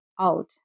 out